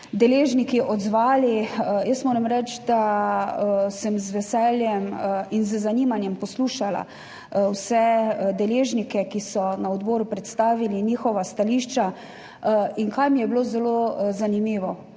deležniki. Jaz moram reči, da sem z veseljem in z zanimanjem poslušala vse deležnike, ki so na odboru predstavili njihova stališča. In kaj mi je bilo zelo zanimivo?